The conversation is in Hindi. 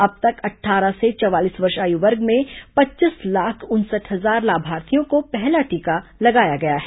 अब तक अट्ठारह से चवालीस वर्ष आयु वर्ग में पच्चीस लाख उनसठ हजार लाभार्थियों को पहला टीका लगाया गया है